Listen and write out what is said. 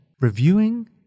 Reviewing